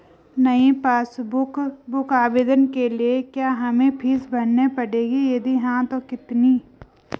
नयी passbook book आवेदन के लिए क्या हमें फीस भरनी पड़ेगी यदि हाँ तो कितनी?